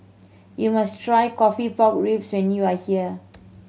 you must try coffee pork ribs when you are here